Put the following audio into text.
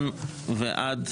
ועד,